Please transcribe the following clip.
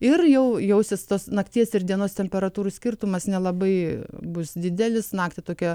ir jau jausis tos nakties ir dienos temperatūrų skirtumas nelabai bus didelis naktį tokia